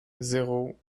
zéro